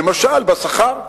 למשל בשכר.